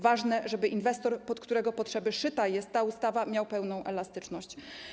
Ważne, żeby inwestor, pod którego potrzeby szyta jest ta ustawa, miał pełną elastyczność.